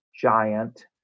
giant